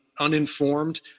Uninformed